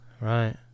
Right